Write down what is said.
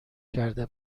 کرده